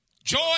Joy